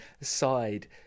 side